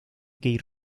keith